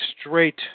straight